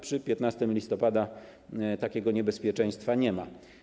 Przy 15 listopada takiego niebezpieczeństwa nie ma.